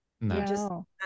No